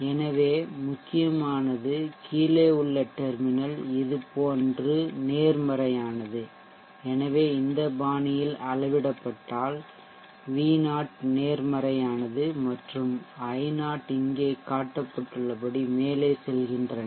எனவே முக்கியமானது கீழே உள்ள டெர்மினல் இது போன்று நேர்மறையானது எனவே இந்த பாணியில் அளவிடப்பட்டால் V0 நேர்மறையானது மற்றும் I0 இங்கே காட்டப்பட்டுள்ளபடி மேலே செல்கின்றன